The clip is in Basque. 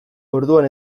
orduan